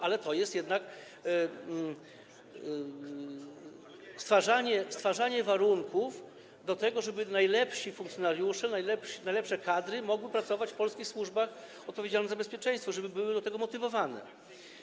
ale jest to jednak stwarzanie warunków do tego, żeby najlepsi funkcjonariusze, najlepsze kadry mogły pracować w polskich służbach odpowiedzialnych za bezpieczeństwo i żeby były do tego motywowane.